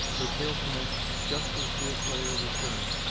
her tale commenced just as deerslayer returned,